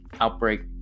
outbreak